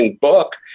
book